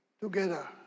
together